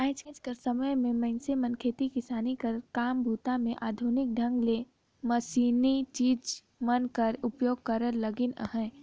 आएज कर समे मे मइनसे मन खेती किसानी कर काम बूता मे आधुनिक ढंग ले मसीनरी चीज मन कर उपियोग करे लगिन अहे